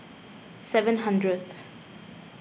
seven hundredth